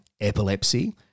epilepsy